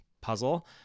puzzle